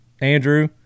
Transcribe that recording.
Andrew